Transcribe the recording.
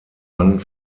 mann